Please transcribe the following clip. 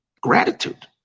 gratitude